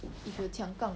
if you 抢杠